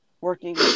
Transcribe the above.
working